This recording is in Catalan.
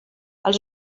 els